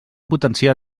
potenciar